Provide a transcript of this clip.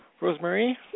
Rosemary